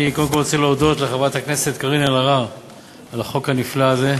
אני קודם כול רוצה להודות לחברת הכנסת קארין אלהרר על החוק הנפלא הזה,